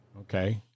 Okay